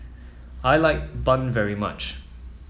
I like bun very much